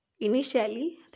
initially